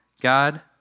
God